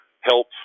Help